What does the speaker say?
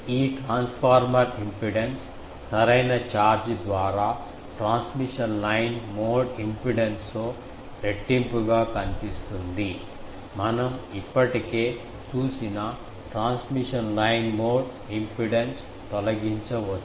ఈ transformer impedance సరైన charge ద్వారా ట్రాన్స్మిషన్ లైన్ మోడ్ ఇంపిడెన్స్తో రెట్టింపుగా కనిపిస్తుంది మనం ఇప్పటికే చూసిన ట్రాన్స్మిషన్ లైన్ మోడ్ ఇంపిడెన్స్ను తొలగించవచ్చు